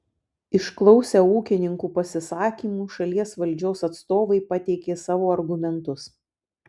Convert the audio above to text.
išklausę ūkininkų pasisakymų šalies valdžios atstovai pateikė savo argumentus